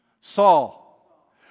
Saul